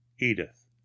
edith